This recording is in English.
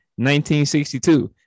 1962